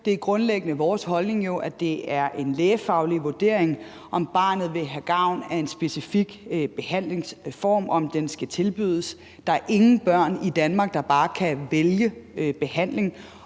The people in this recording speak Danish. Det er grundlæggende vores holdning, at det er en lægefaglig vurdering, om barnet vil have gavn af en specifik behandlingsform, og om den skal tilbydes. Der er ingen børn i Danmark, der bare kan vælge behandling.